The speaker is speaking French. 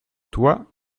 toi